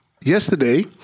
yesterday